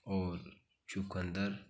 और चुकंदर